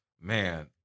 man